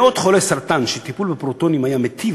מאות חולי סרטן שטיפול בפרוטונים היה מיטיב